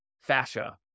fascia